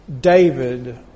David